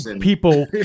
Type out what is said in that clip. people